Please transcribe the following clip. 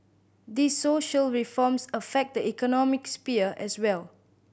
these social reforms affect the economic sphere as well